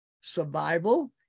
survival